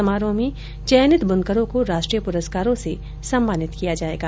समारोह में चयनित बुनकरों को राष्ट्रीय पुरस्कारों से सम्मानित किया जायेगा